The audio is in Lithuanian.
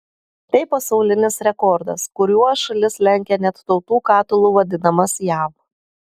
tai pasaulinis rekordas kuriuo šalis lenkia net tautų katilu vadinamas jav